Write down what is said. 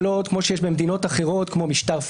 אתם